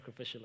sacrificially